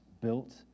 built